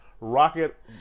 rocket